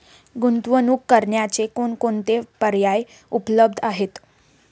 गुंतवणूक करण्याचे कोणकोणते पर्याय उपलब्ध आहेत?